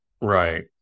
right